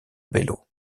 bello